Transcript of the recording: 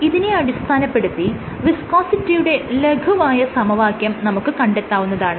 ഇതിനെ അടിസ്ഥാനപ്പെടുത്തി വിസ്കോസിറ്റിയുടെ ലഘുവായ സമവാക്യം നമുക്ക് കണ്ടെത്താവുന്നതാണ്